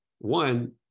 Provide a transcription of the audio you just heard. One